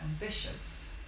ambitious